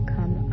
Come